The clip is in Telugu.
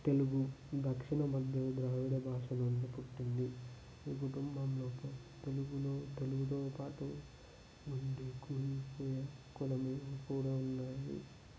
తెలుగు దక్షిణ మధ్య ద్రావిడ భాష నుండి పుట్టింది ఈ కుటుంబంలో తెలుగులో తెలుగుతోపాటు నుండి కొలిచే కొలము కూడా ఉన్నాయి